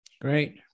Great